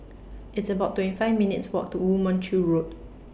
It's about twenty five minutes' Walk to Woo Mon Chew Road